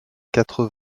quatre